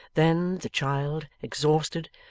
then the child, exhausted,